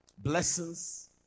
blessings